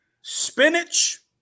spinach